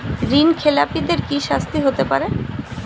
ঋণ খেলাপিদের কি শাস্তি হতে পারে?